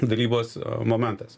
dalybos momentas